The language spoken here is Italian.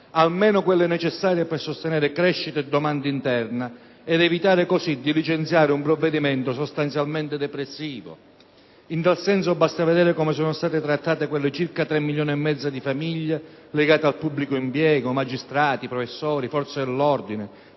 come quelle necessarie per sostenere crescita e domanda interna ed evitare, così, di licenziare un provvedimento sostanzialmente depressivo. In tal senso basta vedere come sono state trattate quelle circa tre milioni e mezzo di famiglie legate al pubblico impiego (magistrati, professori, forze dell'ordine,